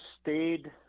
stayed